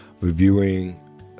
reviewing